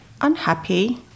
unhappy